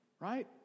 Right